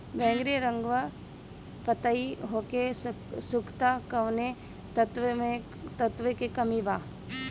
बैगरी रंगवा पतयी होके सुखता कौवने तत्व के कमी बा?